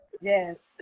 Yes